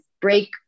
break